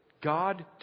God